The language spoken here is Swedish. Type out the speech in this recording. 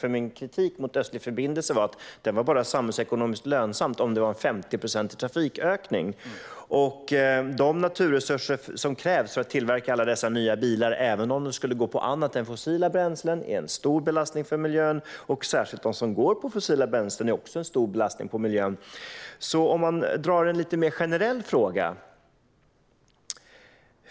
Min kritik mot Östlig förbindelse var att den bara var samhällsekonomiskt lönsam om det var en 50-procentig trafikökning. De naturresurser som krävs för att tillverka alla dessa nya bilar även om de skulle gå på annat än fossila bränslen är en stor belastning för miljön. Särskilt de som går på fossila bränslen är också en stor belastning på miljön. Jag kan ställa en lite mer generell fråga.